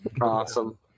Awesome